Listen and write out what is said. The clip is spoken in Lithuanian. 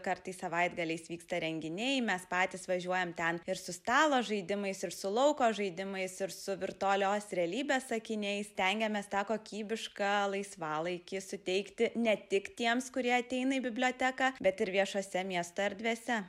kartais savaitgaliais vyksta renginiai mes patys važiuojam ten ir su stalo žaidimais ir su lauko žaidimais ir su virtualios realybės akiniais stengiamės tą kokybišką laisvalaikį suteikti ne tik tiems kurie ateina į biblioteką bet ir viešose miesto erdvėse